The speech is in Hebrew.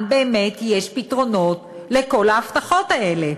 באמת יש פתרונות לכל ההבטחות האלה.